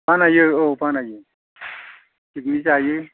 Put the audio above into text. बानायो औ बानायो पिकनिक जायो